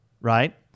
Right